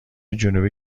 جنوبی